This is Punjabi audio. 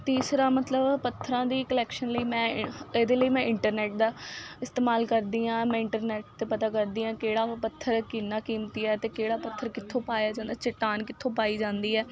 ਤੀਸਰਾ ਮਤਲਬ ਪੱਥਰਾਂ ਦੀ ਕਲੈਕਸ਼ਨ ਲਈ ਮੈਂ ਇਹਦੇ ਲਈ ਮੈਂ ਇੰਟਰਨੈਟ ਦਾ ਇਸਤੇਮਾਲ ਕਰਦੀ ਹਾਂ ਮੈਂ ਇੰਟਰਨੈਟ 'ਤੇ ਪਤਾ ਕਰਦੀ ਹਾਂ ਕਿਹੜਾ ਪੱਥਰ ਕਿੰਨਾ ਕੀਮਤੀ ਹੈ ਅਤੇ ਕਿਹੜਾ ਪੱਥਰ ਕਿੱਥੋਂ ਪਾਇਆ ਜਾਂਦਾ ਚੱਟਾਨ ਕਿੱਥੋਂ ਪਾਈ ਜਾਂਦੀ ਹੈ